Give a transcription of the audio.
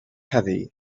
heavy